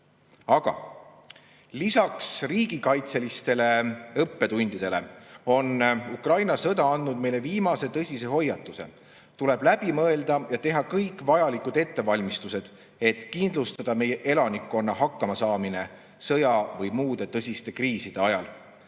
lisaks riigikaitselistele õppetundidele on Ukraina sõda andnud meile viimase tõsise hoiatuse. Tuleb läbi mõelda ja teha kõik vajalikud ettevalmistused, et kindlustada meie elanikkonna hakkamasaamine sõja või muude tõsiste kriiside ajal.